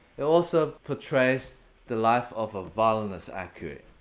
it also portrays the life of a violinist accurately.